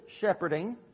shepherding